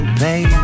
baby